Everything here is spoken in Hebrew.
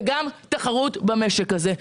וגם תחרות במשק הזה.